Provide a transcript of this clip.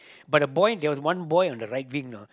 but the boy there was one boy on the right wing know